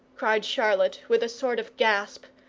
cried charlotte with a sort of gasp.